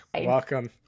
Welcome